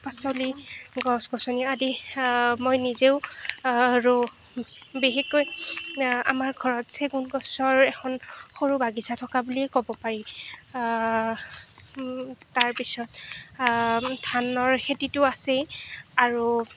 পাচলিৰ গছ গছনি আদি মই নিজে ৰুওঁ বিশেষকৈ আমাৰ ঘৰত চেগুণ গছৰ এখন সৰু বাগিচা থকা বুলিয়েই ক'ব পাৰি তাৰ পাছত ধানৰ খেতিতো আছেই আৰু